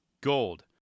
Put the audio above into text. Gold